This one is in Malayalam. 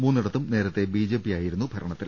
മൂന്നിടത്തും നേരത്തെ ബിജെ പിയായിരുന്നു ഭരണത്തിൽ